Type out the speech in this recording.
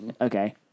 Okay